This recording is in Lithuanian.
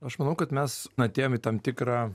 aš manau kad mes atėjom į tam tikrą